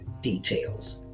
details